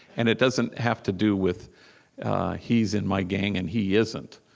and it doesn't have to do with he's in my gang, and he isn't.